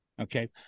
Okay